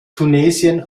tunesien